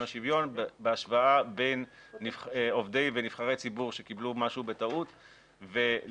השוויון בהשוואה בין עובדי ונבחרי ציבור שקיבלו משהו בטעות ולפי